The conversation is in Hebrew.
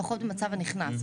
פחות בנושא הנכנס.